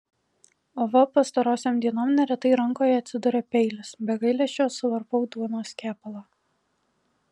o va pastarosiom dienom neretai rankoje atsiduria peilis be gailesčio suvarpau duonos kepalą